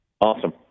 Awesome